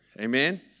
Amen